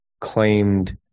claimed